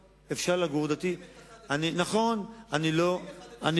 נכון, שיכבדו אחד את השני.